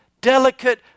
Delicate